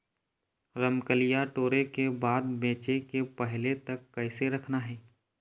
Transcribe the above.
रमकलिया टोरे के बाद बेंचे के पहले तक कइसे रखना हे?